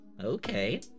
okay